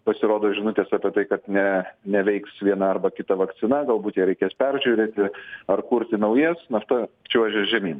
pasirodo žinutės apie tai kad ne neveiks viena arba kita vakcina galbūt ją reikės peržiūrėti ar kurti naujas nafta čiuožia žemyn